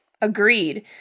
Agreed